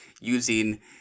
using